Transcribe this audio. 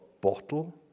bottle